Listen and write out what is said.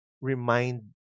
remind